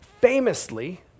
famously